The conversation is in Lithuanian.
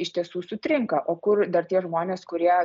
iš tiesų sutrinka o kur dar tie žmonės kurie